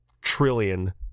trillion